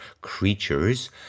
creatures